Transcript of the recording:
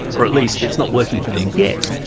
or at least it's not working for them yet.